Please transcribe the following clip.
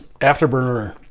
afterburner